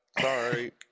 Sorry